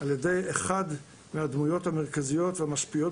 על-ידי אחד מהדמויות המרכזיות והמשקיעות